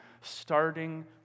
starting